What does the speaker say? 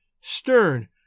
stern